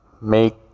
Make